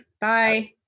Bye